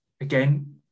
again